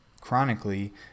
chronically